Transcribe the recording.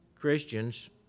Christians